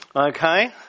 Okay